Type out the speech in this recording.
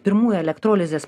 pirmųjų elektrolizės